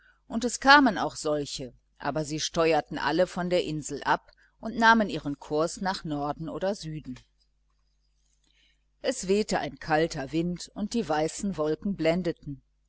und es kamen auch solche aber sie steuerten alle von der insel ab und nahmen ihren kurs nach norden oder süden es wehte ein kalter wind und die weißen wolken blendeten